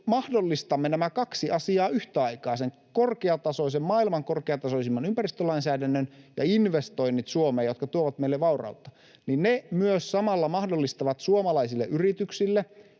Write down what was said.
kun mahdollistamme nämä kaksi asiaa yhtä aikaa, sen korkeatasoisen, maailman korkeatasoisimman ympäristölainsäädännön ja investoinnit Suomeen, jotka tuovat meille vaurautta, niin ne myös samalla mahdollistavat suomalaisille yrityksille